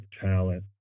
talent